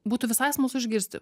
būtų visai smalsu išgirsti